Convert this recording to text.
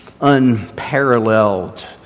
unparalleled